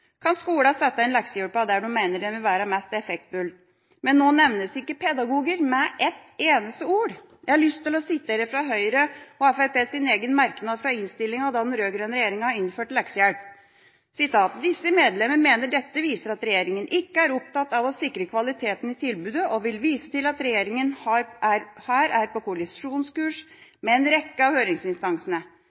kan skolene sette inn leksehjelpen der de mener den vil være mest effektfull, men nå nevnes ikke pedagoger med ett eneste ord. Jeg har lyst å sitere fra Høyre og Fremskrittspartiets egen merknad fra innstillinga da den rød-grønn regjeringa innførte leksehjelp: «Disse medlemmer mener dette viser at regjeringen ikke er opptatt av å sikre kvaliteten i tilbudet og vil vise til at regjeringen her er på kollisjonskurs med en rekke av høringsinstansene.